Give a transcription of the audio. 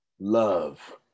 love